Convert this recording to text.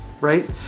right